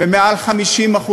ביותר מ-50%,